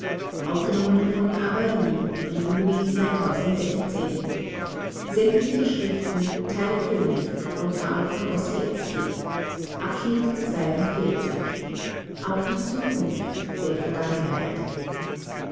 auch die zukunft wird vergangenheit